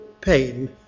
pain